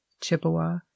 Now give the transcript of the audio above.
Chippewa